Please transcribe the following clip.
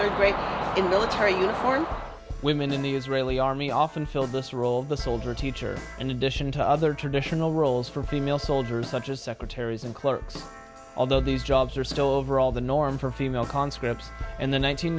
they're great in military uniform women in the israeli army often fill this role of the soldier teacher in addition to other traditional roles for female soldiers such as secretaries and clerks although these jobs are still overall the norm for female conscripts in the